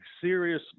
serious